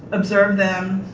observed them,